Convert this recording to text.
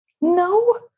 No